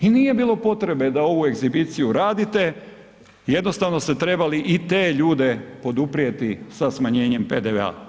I nije bilo potrebe da ovu egzibiciju radite, jednostavno ste trebali i te ljude poduprijeti sa smanjenjem PDV-a.